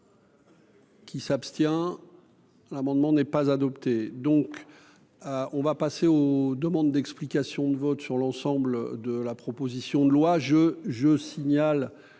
Qui s'abstient l'amendement n'est pas adopté, donc on va passer aux demandes d'explications de vote sur l'ensemble de la proposition de loi je je signale